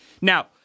Now